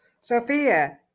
Sophia